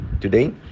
today